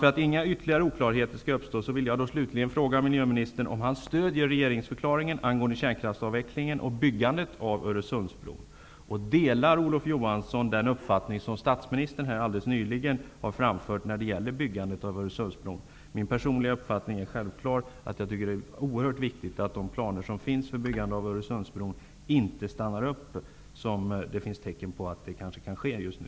För att inga ytterligare oklarheter skall uppstå vill jag slutligen fråga miljöministern om han stöder regeringsförklaringen angående kärnkraftsavvecklingen och byggandet av Öresundsbron. Delar Olof Johansson den uppfattning som statsministern här alldeles nyligen framförde om byggandet av Öresundsbron? Min personliga uppfattning är självklar. Det är oerhört viktigt att arbetet med de planer som finns för byggandet av Öresundsbron inte stannar upp. Det finns tecken på att det kanske sker just nu.